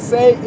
Say